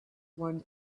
one